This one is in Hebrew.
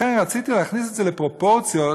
לכן רציתי להכניס את זה לפרופורציות.